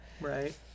Right